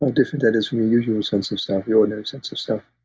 um different that is from your usual sense of self, the ordinary sense of self.